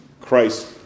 Christ